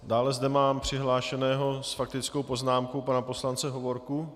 Dále zde mám přihlášeného s faktickou poznámkou pana poslance Hovorku.